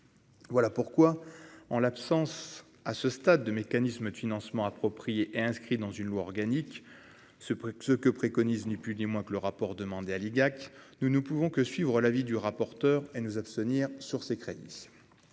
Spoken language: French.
voilà pourquoi en l'absence, à ce stade de mécanismes de financement appropriés et inscrit dans une loi organique, ce que ce que préconise ni plus ni moins que le rapport demandé à Lydia que nous ne pouvons que suivre l'avis du rapporteur, elle nous abstenir sur ces crédits,